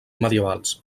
medievals